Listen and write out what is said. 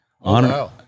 Honor